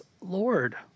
Lord